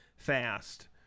fast